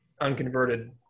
unconverted